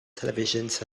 televisions